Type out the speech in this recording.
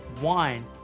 wine